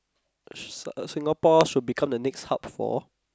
sh~ uh Singapore should become the next hub for